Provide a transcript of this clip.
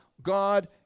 God